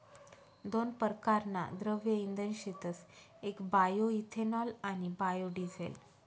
दोन परकारना द्रव्य इंधन शेतस येक बायोइथेनॉल आणि बायोडिझेल